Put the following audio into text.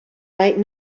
right